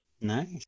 Nice